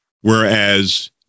whereas